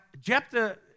Jephthah